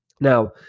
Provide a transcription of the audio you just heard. Now